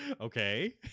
Okay